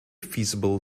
feasible